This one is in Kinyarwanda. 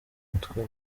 umutwe